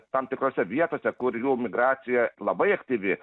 tam tikrose vietose kur jų migracija labai aktyvi